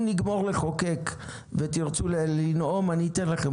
אם נגמור לחוקק ותרצו לנאום, אני אתן לכם.